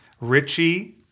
Richie